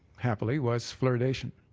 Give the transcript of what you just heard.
happily, was fluoridation.